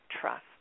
trust